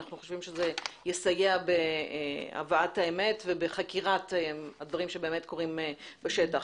אנחנו חושבים שזה יסייע בהבאת האמת ובחקירת הדברים שבאמת קורים בשטח.